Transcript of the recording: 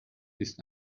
ist